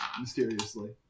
mysteriously